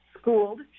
schooled